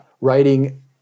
writing